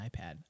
iPad